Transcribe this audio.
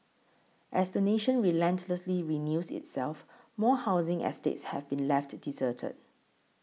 as the nation relentlessly renews itself more housing estates have been left deserted